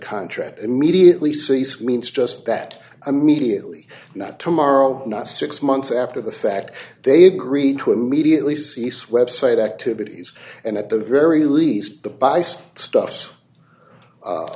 contract immediately cease means just that immediately not tomorrow not six months after the fact they agreed to immediately cease website activities and at the very least